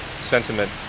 sentiment